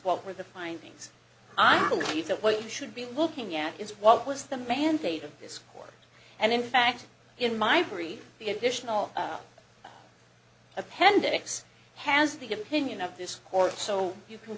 what were the findings i believe that what you should be looking at is what was the mandate of this court and in fact in my brief the additional appendix has the opinion of this court so you can